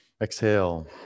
exhale